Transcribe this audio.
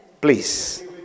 Please